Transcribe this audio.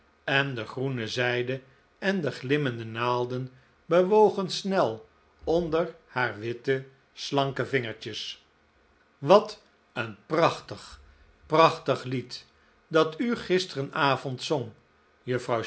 en de groene zijde en de glimmende naalden bewogen snel onder haar witte slanke vingertjes wat een prachtig prachtig lied dat u gisteren avond zong